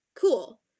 cool